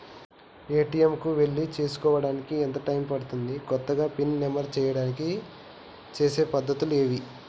ATM కు వెళ్లి చేసుకోవడానికి ఎంత టైం పడుతది? కొత్తగా పిన్ నంబర్ చేయడానికి చేసే పద్ధతులు ఏవి?